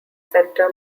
center